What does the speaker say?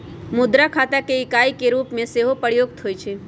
मुद्रा खता के इकाई के रूप में सेहो प्रयुक्त होइ छइ